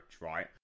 right